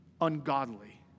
Ungodly